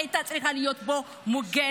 שהיא הייתה צריכה להיות בו מוגנת.